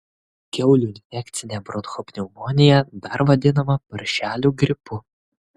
kiaulių infekcinė bronchopneumonija dar vadinama paršelių gripu